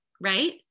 right